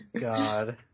God